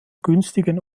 günstigen